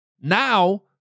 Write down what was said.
Now